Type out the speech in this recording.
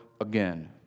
again